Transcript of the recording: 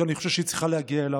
כי אני חושב שהיא צריכה להגיע אליו,